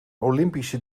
olympische